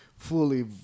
fully